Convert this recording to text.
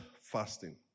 fasting